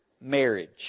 marriage